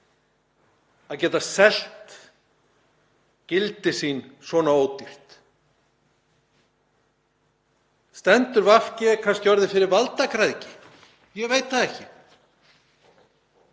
að geta selt gildi sín svona ódýrt? Stendur VG kannski orðið fyrir valdagræðgi? Ég veit það ekki.